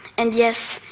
and yes,